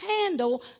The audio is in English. handle